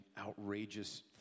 outrageous